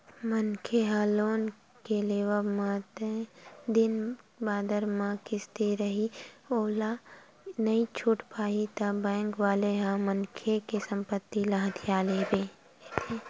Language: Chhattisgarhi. मनखे ह लोन के लेवब म तय दिन बादर म किस्ती रइही ओला नइ छूट पाही ता बेंक वाले ह मनखे के संपत्ति ल हथिया लेथे